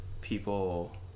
people